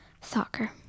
Soccer